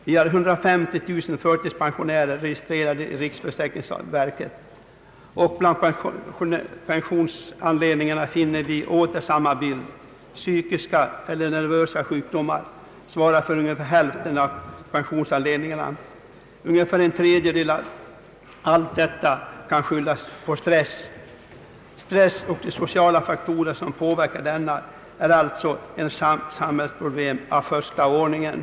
Vi har 150 000 förtidspensionärer registrerade i riksförsäkringsverket, och bland pensionsanledningarna finner vi åter samma bild — psykiska eller nervösa sjukdomar svarar för hälften av pensionsanledningarna. Ungefär en tredjedel av allt detta kan skyllas på stress. Stressen och de sociala faktorer som påverkar denna är alltså ett samhällsproblem av första ordningen.